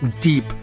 deep